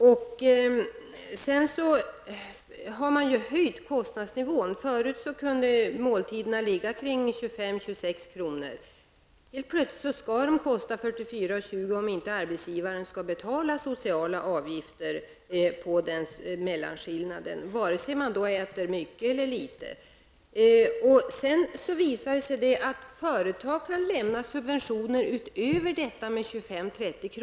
För det andra har man höjt kostadsnivån. Förut kunde måltidspriserna ligga vid 25--26 kr. Helt plötsligt skall måltiderna kosta 44:20, vare sig man äter mycket eller litet, om inte arbetsgivaren skall betala sociala avgifter på mellanskillnaden. Sedan har det visat sig att företag kan lämna subventioner med 25--30 kr.